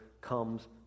comes